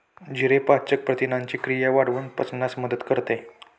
जिरे पाचक प्रथिनांची क्रिया वाढवून पचनास मदत करते